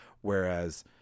Whereas